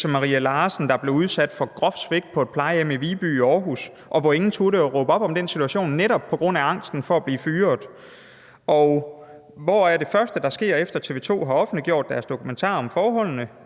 Else Marie Larsen, der blev udsat for groft svigt på et plejehjem i Viby i Aarhus, og hvor ingen turde at råbe op om den situation, netop på grund af angsten for at blive fyret. Og hvad er det første, der sker, efter at TV 2 har offentliggjort deres dokumentar om forholdene?